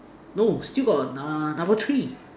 no still got err number three